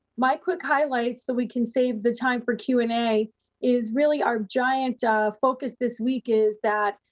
my quick highlights so we can save the time for q and a is really our giant focus this week is that,